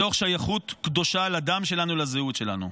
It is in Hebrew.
מתוך שייכות קדושה לדם שלנו, לזהות שלנו.